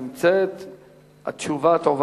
החברה אינה נמצאת פה,